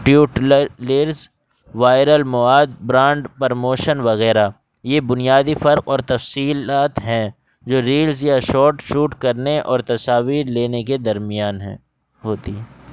ٹیوٹ لرز وائل مواد برانڈ پرموشن وغیرہ یہ بنیادی فرق اور تفصیلات ہیں جو ریلرز یا شارٹ شوٹ کرنے اور تصاویر لینے کے درمیان ہیں ہوتی ہیں